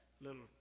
little